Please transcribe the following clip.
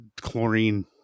chlorine